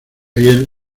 hiel